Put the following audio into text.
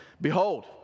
behold